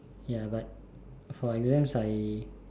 ya but for exams I